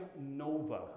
NOVA